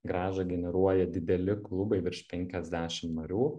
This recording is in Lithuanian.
grąžą generuoja dideli klubai virš penkiasdešim narių